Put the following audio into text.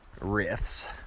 riffs